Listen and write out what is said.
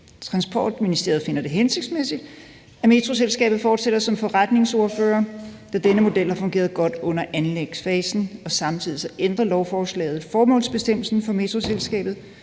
Transportministeriet finder det hensigtsmæssigt, at Metroselskabet fortsætter som forretningsfører, da denne model har fungeret godt under anlægsfasen. Samtidig ændrer lovforslaget formålsbestemmelsen for Metroselskabet,